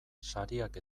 sariak